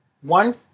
one